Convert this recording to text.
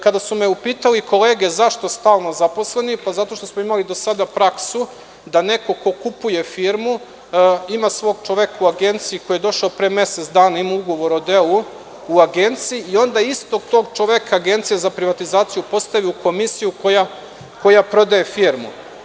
Kada su mekolege upitale – zašto stalno zaposleni, to je zato što smo imali do sada praksu da neko ko kupuje firmu ima svog čoveka u Agenciji koji je došao pre mesec dana, ima ugovor o delu u Agenciji i onda istog tog čoveka Agencija za privatizaciju postavi u komisiju koja prodaje firmu.